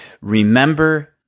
Remember